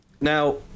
now